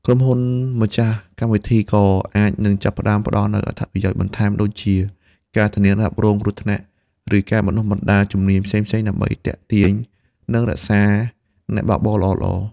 ក្រុមហ៊ុនម្ចាស់កម្មវិធីក៏អាចនឹងចាប់ផ្តើមផ្តល់នូវអត្ថប្រយោជន៍បន្ថែមដូចជា ការធានារ៉ាប់រងគ្រោះថ្នាក់ ឬការបណ្តុះបណ្តាលជំនាញផ្សេងៗ ដើម្បីទាក់ទាញ និងរក្សាអ្នកបើកបរល្អៗ។